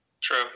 True